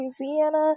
Louisiana